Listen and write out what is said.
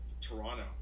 Toronto